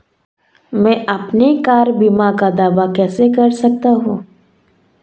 मैं अपनी कार बीमा का दावा कैसे कर सकता हूं?